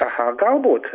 aha galbūt